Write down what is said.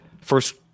first